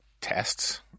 tests